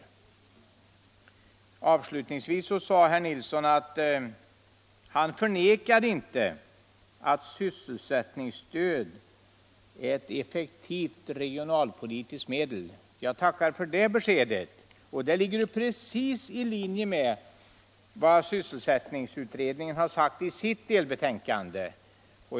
Avslutningsvis sade herr Nilsson att han inte förnekade att sysselsättningsstöd är ett effektivt regionalpolitiskt medel. Jag tackar för det beskedet. Det ligger precis i linje med vad sysselsättningsutredningen har sagt i sitt delbetänkande.